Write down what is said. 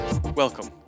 Welcome